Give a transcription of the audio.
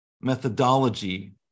methodology